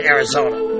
Arizona